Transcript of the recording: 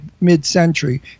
mid-century